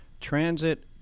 transit